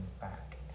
back